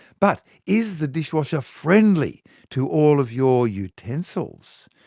but is the dishwasher friendly to all of your utensils?